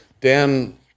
Dan